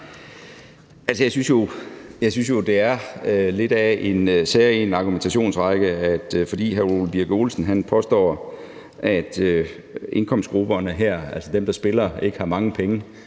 jeg synes jo, det er lidt af en særegen argumentationsrække, at fordi hr. Ole Birk Olesen påstår, at indkomstgrupperne her, altså dem, der spiller, ikke har mange penge,